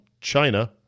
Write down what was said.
China